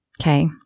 Okay